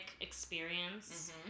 experience